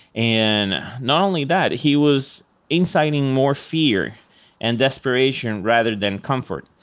and not only that, he was inciting more fear and desperation rather than comfort.